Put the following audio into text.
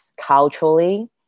culturally